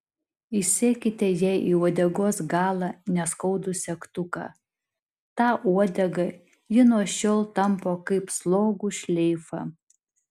įsekite jai į uodegos galą neskaudų segtuką tą uodegą ji nuo šiol tampo kaip slogų šleifą